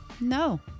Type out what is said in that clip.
No